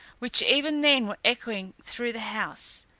which even then were echoing through the house.